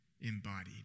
embodied